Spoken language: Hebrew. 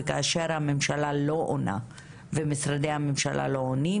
וכאשר הממשלה לא עונה ומשרדי הממשלה לא עונים,